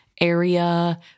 area